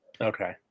okay